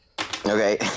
Okay